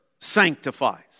sanctifies